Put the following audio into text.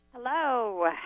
Hello